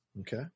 Okay